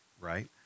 right